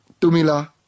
Tumila